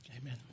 amen